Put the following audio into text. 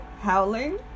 Howling